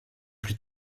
plus